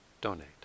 donate